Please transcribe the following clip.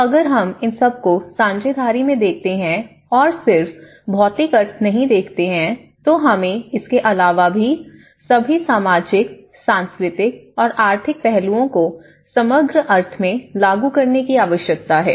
तो अगर हम इन सब को साझेदारी में देखते हैं और सिर्फ भौतिक अर्थ नहीं देखते हैं तो हमें इसके अलावा सभी सामाजिक सांस्कृतिक और आर्थिक पहलुओं को समग्र अर्थ में लागू करने की आवश्यकता है